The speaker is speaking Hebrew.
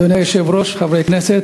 אדוני היושב-ראש, חברי הכנסת,